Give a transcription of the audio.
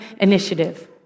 initiative